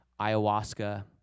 ayahuasca